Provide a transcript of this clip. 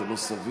זה לא סביר.